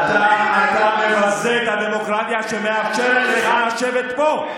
אתה מבזה את הדמוקרטיה שמאפשרת לך לשבת פה.